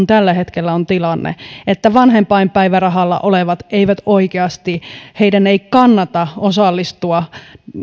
tällä hetkellä on tilanne että vanhempainpäivärahalla olevien ei oikeasti kannata osallistua